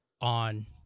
on